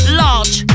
large